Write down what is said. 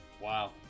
Wow